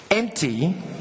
Empty